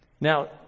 Now